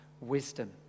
wisdom